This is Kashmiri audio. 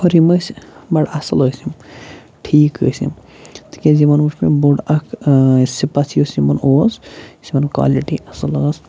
اور یِم ٲسۍ بَڑٕ اَصٕل ٲسۍ یِم ٹھیٖک ٲسۍ یِم تِکیٛازِ یِمَن وٕچھ مےٚ بوٚڑ اَکھ سِپَتھ یُس یِمَن اوس یُس یِمَن کالِٹی اَصٕل ٲس